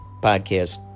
podcast